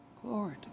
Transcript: Glory